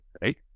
right